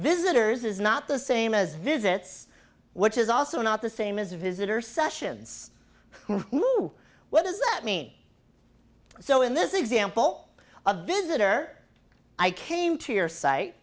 visitors is not the same as visits which is also not the same as visitor sessions who what does that mean so in this example a visitor i came to your si